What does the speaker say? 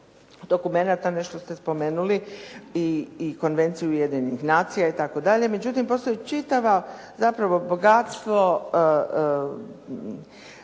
nešto ste spomenuli i Konvenciju Ujedinjenih nacija itd., međutim postoji čitavo zapravo bogatstvo